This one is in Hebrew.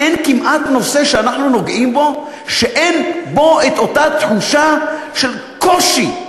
אין כמעט נושא שאנחנו נוגעים בו ואין בו אותה תחושה של קושי.